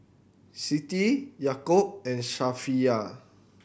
Siti Yaakob and Safiya